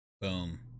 Boom